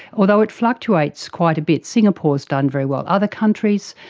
although it fluctuates quite a bit. singapore has done very well. other countries,